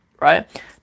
right